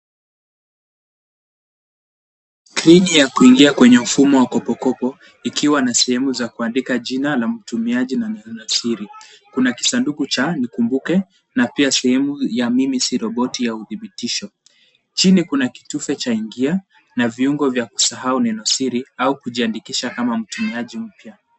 Pini ya kuingia kwenye ufumo wa kopokopo, ikiwa na sehemu za kuandika jina la mtumiaji na neno la siri. Kuna kisanduku cha nikumbuke, na pia sehemu ya mimi sio roboti, ya uthibitisho. Chini kuna kitufe cha ingia, na viungo vya kusahau neno siri, au vya kujiandikisha kama mtumiaji mpya.